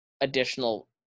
additional